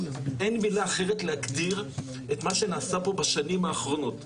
אין מילה אחרת להגדיר את מה שנעשה פה בשנים האחרונות.